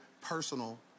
personal